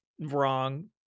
wrong